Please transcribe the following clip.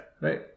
Right